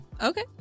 Okay